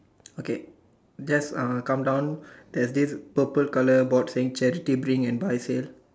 okay just uh come down there's this purple colour board saying charity drink and buy sale